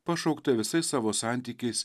pašauktą visais savo santykiais